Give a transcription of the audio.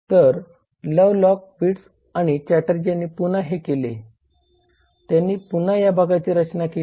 तर Lovelock Wirtz आणि चॅटर्जी यांनी पुन्हा हे केले त्यांनी पुन्हा या भागाची रचना केली